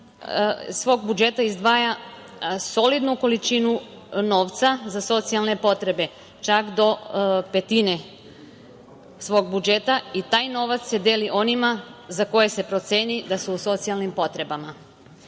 svog budžeta izdvaja solidnu količinu novca za socijalne potrebe, čak do petine svog budžeta i taj novac se deli onima za koje se proceni da su u socijalnim potrebama.